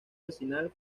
vecinal